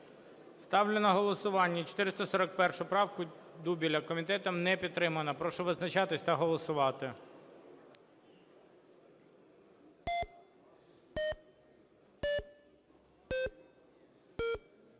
Ставлю на голосування 441 правку Дубеля. Комітетом не підтримана. Прошу визначатись та голосувати.